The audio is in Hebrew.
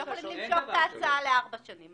אתם לא יכולים למשוך את ההצעה לארבע שנים,